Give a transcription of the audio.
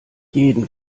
jeden